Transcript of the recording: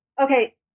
okay